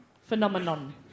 Phenomenon